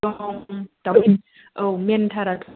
औ मेन थारा